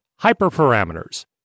hyperparameters